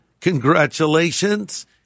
congratulations